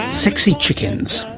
sexy chickens,